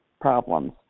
problems